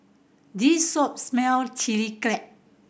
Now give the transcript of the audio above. this shop Chilli Crab